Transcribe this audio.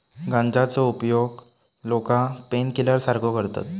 गांजाचो उपयोग लोका पेनकिलर सारखो करतत